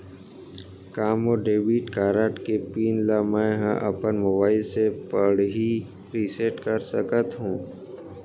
का मोर debit card के पिन ल मैं ह अपन मोबाइल से पड़ही रिसेट कर सकत हो?